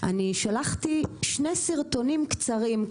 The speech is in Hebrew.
אני שלחתי שני סרטונים קצרים,